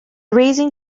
raising